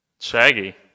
shaggy